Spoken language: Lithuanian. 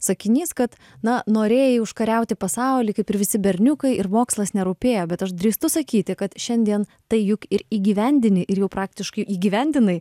sakinys kad na norėjai užkariauti pasaulį kaip ir visi berniukai ir mokslas nerūpėjo bet aš drįstu sakyti kad šiandien tai juk ir įgyvendini ir jau praktiškai įgyvendinai